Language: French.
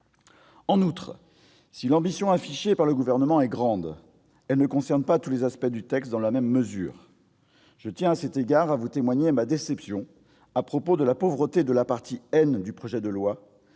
En outre, si l'ambition affichée par le Gouvernement est grande, elle ne concerne pas tous les aspects du texte dans la même mesure. Je tiens, à cet égard, à vous témoigner ma déception à propos de la pauvreté de la partie « N » du projet de loi